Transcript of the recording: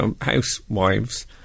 housewives